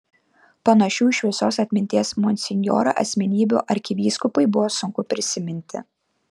panašių į šviesios atminties monsinjorą asmenybių arkivyskupui buvo sunku prisiminti